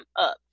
up